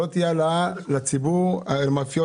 את המאפיות